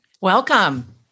Welcome